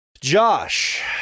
Josh